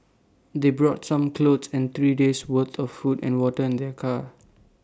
they brought some clothes and three days' worth of food and water in their car